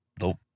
Nope